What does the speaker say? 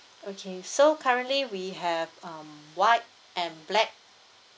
okay so currently we have um white and black